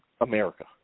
America